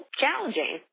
challenging